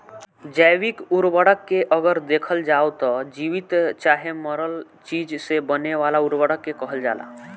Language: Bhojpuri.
जैविक उर्वरक के अगर देखल जाव त जीवित चाहे मरल चीज से बने वाला उर्वरक के कहल जाला